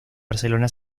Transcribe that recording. barcelona